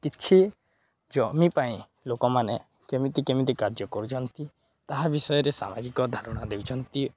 କିଛି ଜମି ପାଇଁ ଲୋକମାନେ କେମିତି କେମିତି କାର୍ଯ୍ୟ କରୁଛନ୍ତି ତାହା ବିଷୟରେ ସାମାଜିକ ଧାରଣା ଦେଉଛନ୍ତି